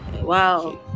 wow